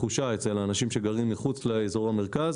תחושה אצל האנשים שגרים מחוץ לאזור המרכז